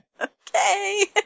Okay